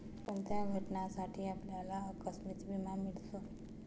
कोणत्या घटनांसाठी आपल्याला आकस्मिक विमा मिळतो?